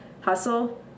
hustle